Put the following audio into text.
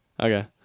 okay